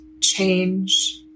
change